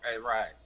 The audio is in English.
Right